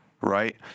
right